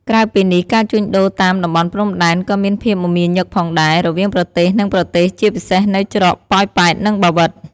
ក្រៅពីនេះការជួញដូរតាម តំបន់ព្រំដែន ក៏មានភាពមមាញឹកផងដែរ រវាងប្រទេសនិងប្រទេសជាពិសេសនៅច្រក ប៉ោយប៉ែត និងបាវិត ។